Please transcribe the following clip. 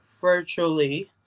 virtually